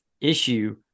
issue